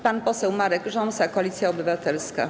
Pan poseł Marek Rząsa, Koalicja Obywatelska.